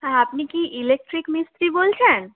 হ্যাঁ আপনি কি ইলেকট্রিক মিস্ত্রি বলছেন